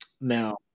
now